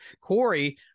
Corey